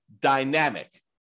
dynamic